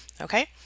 Okay